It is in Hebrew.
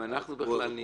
אם אנחנו בכלל נהיה,